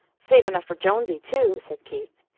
save enough for jonesy, too, said keith.